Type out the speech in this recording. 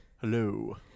Hello